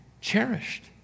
cherished